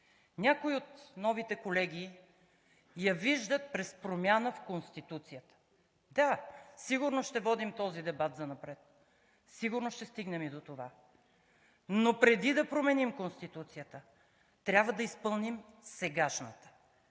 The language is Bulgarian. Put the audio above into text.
Някои от новите колеги я виждат през промяна в Конституцията. Да, сигурно ще водим този дебат занапред. Сигурно ще стигнем и до това. Но преди да променим Конституцията, трябва да изпълним сегашната,